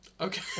Okay